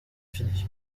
fini